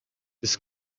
down